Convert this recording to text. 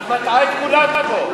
את מטעה את כולם פה.